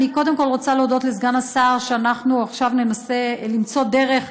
אני קודם כול רוצה להודות לסגן השר שאנחנו עכשיו ננסה למצוא דרך,